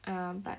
um but